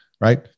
right